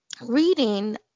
reading